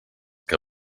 que